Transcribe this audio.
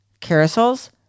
carousels